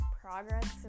progress